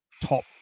top